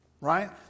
right